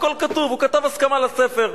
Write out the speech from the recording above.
הכול כתוב, הוא כתב הסכמה לספר.